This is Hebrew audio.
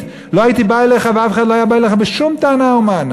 לא הייתי בא אליך ואף אחד לא היה בא אליך בשום טענה ומענה.